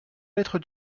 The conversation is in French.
lettre